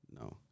No